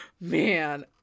Man